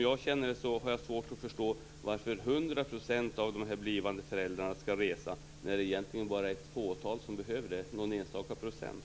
Jag har svårt att förstå varför 100 % av de blivande föräldrarna skall resa när det egentligen bara är någon enstaka procent som behöver det.